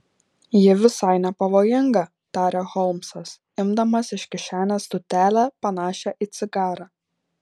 ji visai nepavojinga tarė holmsas imdamas iš kišenės tūtelę panašią į cigarą